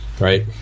right